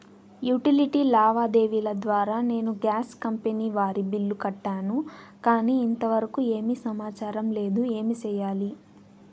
Utility లావాదేవీల ద్వారా నేను గ్యాస్ కంపెని వారి బిల్లు కట్టాను కానీ ఇంతవరకు ఏమి సమాచారం లేదు, ఏమి సెయ్యాలి?